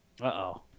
Uh-oh